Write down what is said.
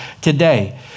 today